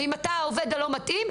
ואם אתה העובד הלא-מתאים,